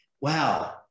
Wow